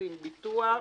פיננסיים (ביטוח),